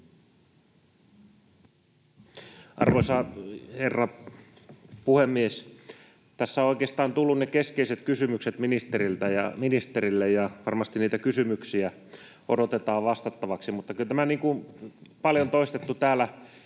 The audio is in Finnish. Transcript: Arvoisa herra puhemies! Tässä ovat oikeastaan tulleet ne keskeiset kysymykset ministerille, ja varmasti niitä kysymyksiä odotetaan vastattavaksi. Mutta kyllä, niin kuin on paljon toistettu täällä,